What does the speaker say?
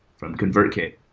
from convertkit,